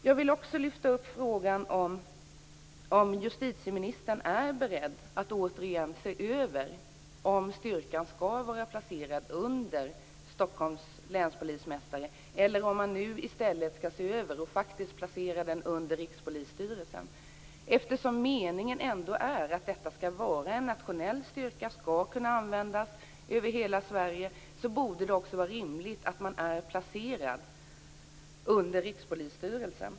Jag vill lyfta upp frågan om huruvida justitieministern är beredd att återigen se över om styrkan skall vara placerad under Stockholms länspolismästare eller om man nu i stället faktiskt skall placera den under Rikspolisstyrelsen. Eftersom meningen ändå är att det här skall vara en nationell styrka, att den skall kunna användas över hela Sverige, borde det också vara rimligt att den är placerad under Rikspolisstyrelsen.